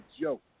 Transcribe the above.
joke